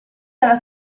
nella